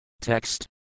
Text